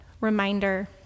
reminder